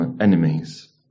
enemies